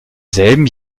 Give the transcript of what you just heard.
selben